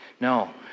No